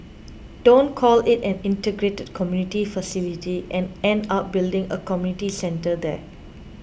don't call it an integrated community facility and end up building a community centre there